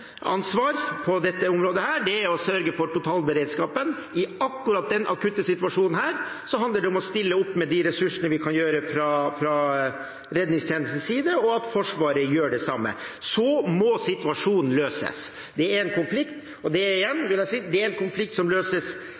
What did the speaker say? ansvar på dette området, er å sørge for totalberedskapen. I akkurat denne akutte situasjonen handler det om å stille opp med de ressursene vi har mulighet til fra redningstjenestens side, og at Forsvaret gjør det samme. Så må situasjonen løses. Det er en konflikt, og igjen: Det er en konflikt som løses av en annen minister under et annet ansvarsområde, og som